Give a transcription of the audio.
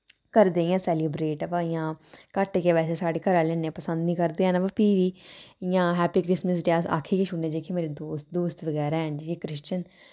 करदे इ'यां सैलिब्रेट बा इ'यां घट्ट गै वैसे साढ़े घरे आह्ले इन्ना पसिंद नि करदे हैन बा फ्ही बी इ'यां हैप्पी क्रिसमस दे अस आक्खी गै छुड़ने जेह्के मेरे दोस्त दुस्त बगैरा हैन जेह्के क्रिस्चन